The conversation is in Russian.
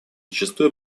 зачастую